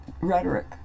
rhetoric